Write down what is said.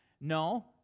No